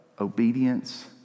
obedience